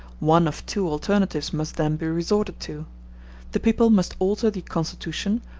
one of two alternatives must then be resorted to the people must alter the constitution,